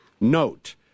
Note